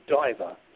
diver